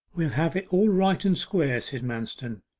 we'll have it all right and square said manston,